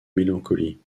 mélancolie